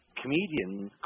comedians